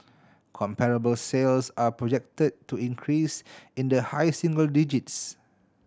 comparable sales are projected to increase in the high single digits